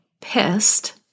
pissed